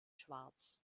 schwarz